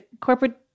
corporate